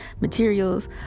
materials